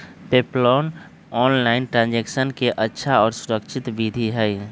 PayPal online transaction के अच्छा और सुरक्षित विधि हई